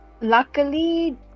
luckily